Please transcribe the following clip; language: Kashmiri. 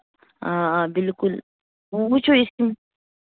آ آ بِلکُل وٕ وٕچھِو أسۍ یِم